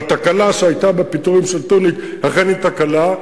והתקלה שהיתה בפיטורים של טוניק, אכן היא תקלה,